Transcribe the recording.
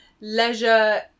leisure